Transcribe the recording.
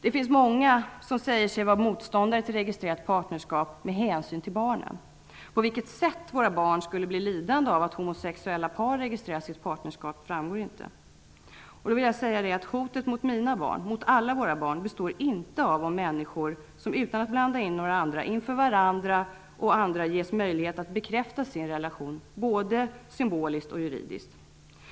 Det finns många som säger sig vara motståndare till registrerat partnerskap av hänsyn till barnen. På vilket sätt våra barn skulle bli lidande av att homosexuella par registrerar sitt partnerskap framgår inte. Hotet mot mina barn, mot alla våra barn, består inte av om människor, som utan att blanda in några andra, inför varandra och andra, ges möjlighet att bekräfta sin relation, både symboliskt och juridiskt.